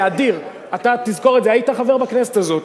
זה אדיר, אתה תזכור את זה, היית חבר בכנסת הזאת,